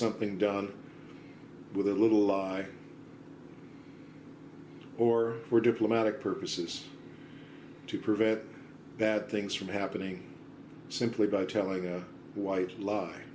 something done with a little lie or were diplomatic purposes to prevent that things from happening simply by telling a white lie